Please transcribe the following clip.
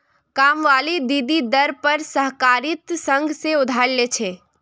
कामवाली दीदी दर पर सहकारिता संघ से उधार ले छे